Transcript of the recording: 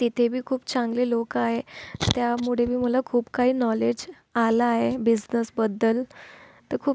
तिथेबी खूप चांगले लोक आहे त्यामुळे बी मला खूप काही नॉलेज आला आहे बिजनेसबद्दल तर खूप